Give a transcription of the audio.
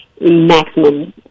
maximum